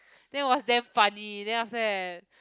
then it was damn funny then after that